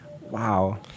wow